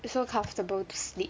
it's so comfortable to sleep